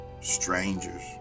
strangers